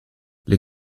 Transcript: les